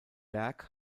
berg